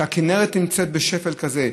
שהכינרת נמצאת בשפל כזה,